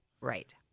Right